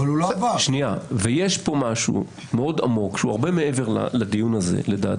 יש פה משהו מאוד עמוק שהוא הרבה מעבר לדיון הזה לדעתי,